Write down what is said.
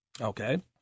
okay